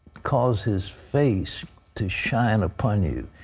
cause his face to shine upon you.